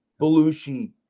belushi